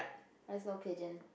mine's no pigeon